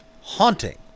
haunting